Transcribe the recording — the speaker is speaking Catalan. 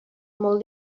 molt